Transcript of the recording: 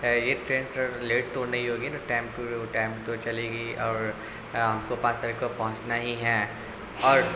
یہ train sir late تو نہیں ہوگی نا ٹائم ٹو ٹائم تو چلے گی اور ہم کو پانچ تاریخ کو پہنچنا ہی ہے اور